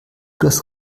das